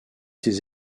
ces